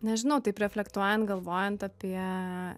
nežinau taip reflektuojant galvojant apie